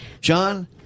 John